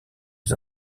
les